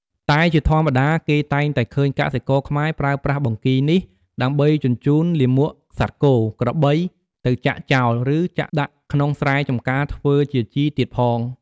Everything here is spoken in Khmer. តែជាធម្មតា គេតែងតែឃើញកសិករខ្មែរប្រើប្រាស់បង្គីនេះដើម្បីជញ្ចូនលាមកសត្វគោ ក្របី ទៅចាក់ចោល ឬចាក់ដាក់ក្នុងស្រែចម្ការធ្វើជាជីទៀតផង។